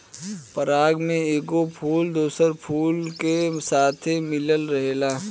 पराग में एगो फूल दोसरा फूल के साथे मिलत रहेला